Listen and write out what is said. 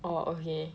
orh okay